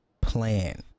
plan